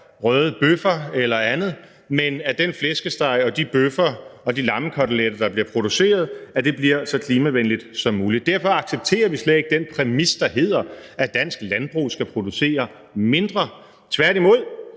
røde bøffer eller andet, men om, at den flæskesteg og de bøffer og lammekoteletter, der bliver produceret, bliver produceret så klimavenligt som muligt. Derfor accepterer vi slet ikke den præmis, der hedder, at dansk landbrug skal producere mindre. Tværtimod